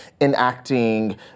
enacting